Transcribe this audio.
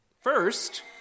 First